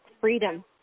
freedom